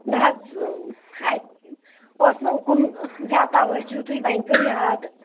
نہ حظ اَتہِ اوس نہٕ اُکُن زیادٕ تَوَجوٗدٕے وۄنۍ پیوٚو یاد